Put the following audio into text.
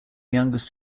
youngest